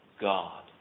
God